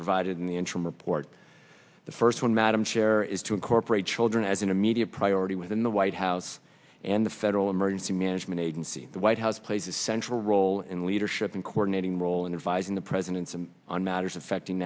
provided in the interim report the first one madam chair is to incorporate children as an immediate priority within the white house and the federal emergency management agency the white house plays a central role in leadership in coordinating role and advise in the president's and on matters affecting